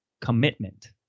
commitment